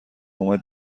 اومد